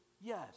yes